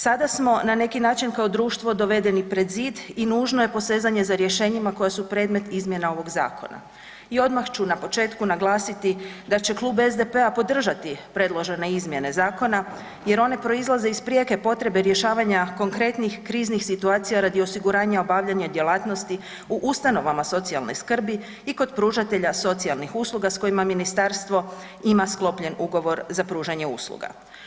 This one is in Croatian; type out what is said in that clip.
Sada smo na neki način kao društvo dovedeni pred zid i nužno je posezanje za rješenjima koja su predmet izmjena ovog zakona i odmah ću na početku naglasiti da će klub SDP-a podržati predložene izmjene zakona jer one proizlaze iz prijeke potrebe rješavanja konkretnih kriznih situacija radi osiguranja obavljanja djelatnosti u ustanovama socijalne skrbi i kod pružatelja socijalnih usluga s kojima ministarstvo ima sklopljen ugovor za pružanje usluga.